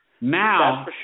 Now